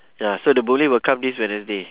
ya so the boom lift will come this wednesday